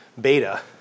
beta